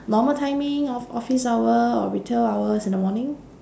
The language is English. normal timing of office hour or retail hours in the morning